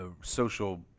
social